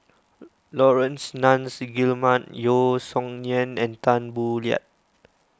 Laurence Nunns Guillemard Yeo Song Nian and Tan Boo Liat